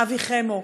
אבי חמו,